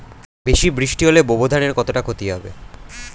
বেশি বৃষ্টি হলে বোরো ধানের কতটা খতি হবে?